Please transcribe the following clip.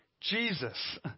Jesus